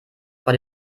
vor